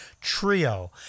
Trio